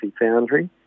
Foundry